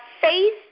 faith